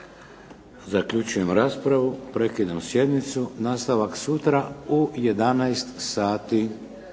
Zaključujem raspravu. Prekidam sjednicu. Nastavak sutra u 11